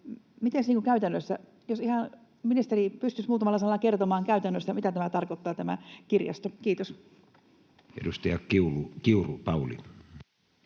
kuin käytännössä? Jos ministeri pystyisi ihan muutamalla sanalla kertomaan, mitä tämä kirjasto käytännössä tarkoittaa. — Kiitos. Edustaja Kiuru, Pauli.